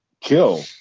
kill